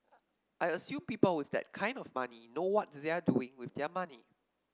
I assume people with that kind of money know what they're doing with their money